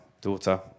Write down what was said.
daughter